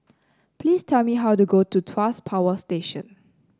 please tell me how to go to Tuas Power Station